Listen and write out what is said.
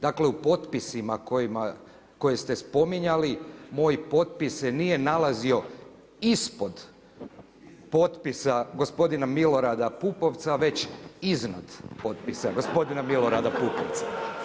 Dakle, u potpisima koje ste spominjali, moj potpis se nije nalazio ispod potpisa gospodina Milorada Pupovca već iznad potpisa gospodina Milorada Pupovca.